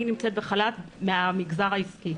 אני נמצאת בחל"ת מהמגזר העסקי.